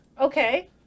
Okay